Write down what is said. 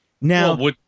now